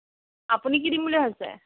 আপুনি কি দিম বুলি ভাবিছে